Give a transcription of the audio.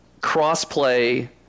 cross-play